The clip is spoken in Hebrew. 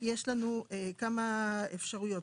יש לנו כמה אפשרויות.